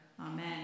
Amen